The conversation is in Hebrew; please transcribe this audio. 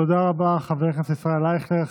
תודה רבה, חבר הכנסת ישראל אייכלר.